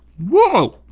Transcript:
whoa!